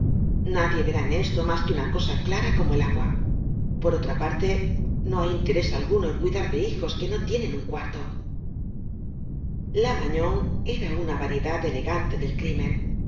nadie verá en estomas que una cosa clara como el agua por otra parte no hay interés alguno en cuidar de hijos que no tienen un cuarto la magnon era una variedad elegante del crímen